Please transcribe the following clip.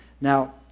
Now